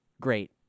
Great